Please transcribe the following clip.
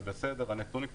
זה בסדר הנתונים לא מראים,